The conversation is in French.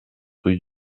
rue